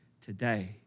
today